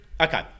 okay